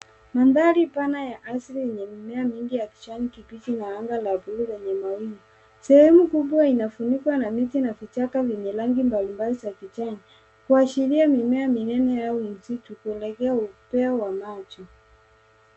Mandhari pana ya asili yenye mimea mingi ya kijani kibichi na anga la bluu lenye mawingu. Sehemu kubwa inafunikwa na miti na vichaka vyenye rangi mbalimbali za kijani kuashiria mimea minene au misitu kuelekea upeo wa macho.